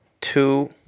two